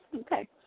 Okay